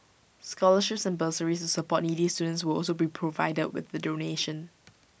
scholarships and bursaries support needy students will also be provided with the donation